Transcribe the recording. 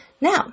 now